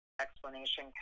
explanation